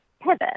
pivot